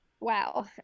Wow